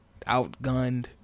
outgunned